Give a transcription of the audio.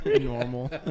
normal